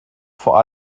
vor